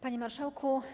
Panie Marszałku!